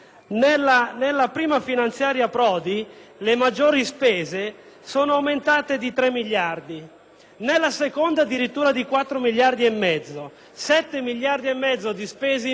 nella seconda addirittura di 4,5 miliardi di euro: 7,5 miliardi di euro di spese in più proprio causate dall'assalto alla diligenza. Questo per chiarezza ce lo dobbiamo ricordare.